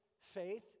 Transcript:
faith